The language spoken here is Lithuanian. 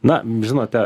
na žinote